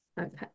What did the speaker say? Okay